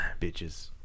bitches